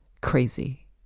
crazy